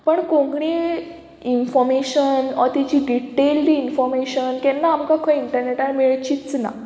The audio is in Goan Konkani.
पण कोंकणी इनफोमेशन ओ तेची डिटेल बी इनफोर्मेशन केन्ना आमकां खंय इंटरनेटार मेळचीच ना